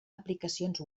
aplicacions